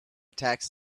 tax